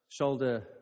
shoulder